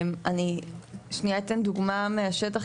אני שנייה אתן דוגמה מהשטח,